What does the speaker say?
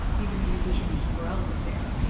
even the musician for ella was there.